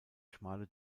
schmale